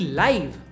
live